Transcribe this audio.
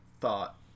thought